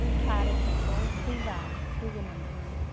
दुइथा आराइथासेयाव फैबा लोगो मोनगौमोन